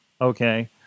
Okay